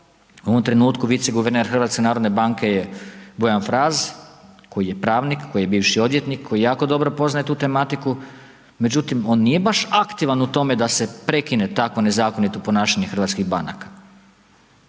U ovom trenutku viceguverner HNB-a je Bojan Fras, koji je pravnik, koji je bivši odvjetnik, koji jako dobro poznaje tu tematiku. Međutim, on nije baš aktivan u tome da se prekine tako nezakonito ponašanje hrvatskih banaka.